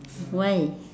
why